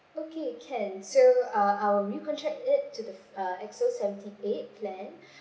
okay can so uh I will re-contract it to the uh X_O seventy-eight plan